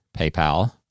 PayPal